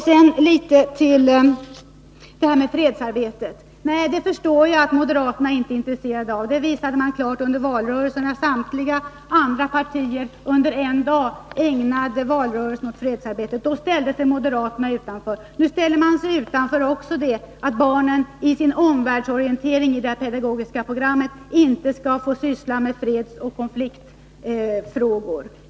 Sedan litet om fredsarbetet: Jag förstår att moderaterna inte är intresserade av detta. Det visade man klart under valrörelsen, när samtliga andra partier under en dag ägnade valrörelsen åt fredsarbetet — då ställde sig moderaterna utanför. Nu ställer de sig också utanför när det gäller att barnen 135 i sin omvärldsorientering i det här pedagogiska programmet skall få syssla med fredsoch konfliktfrågor.